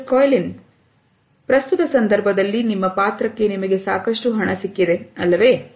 mister ಕಾಯಿಲೆನ್ ಪ್ರಸ್ತುತ ಸಂದರ್ಭದಲ್ಲಿ ನಿಮ್ಮ ಪಾತ್ರಕ್ಕೆ ನಿಮಗೆ ಸಾಕಷ್ಟು ಹಣ ಸಿಕ್ಕಿದೆ ಅಲ್ಲವೇ